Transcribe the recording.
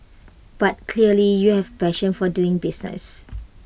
but clearly you have A passion for doing business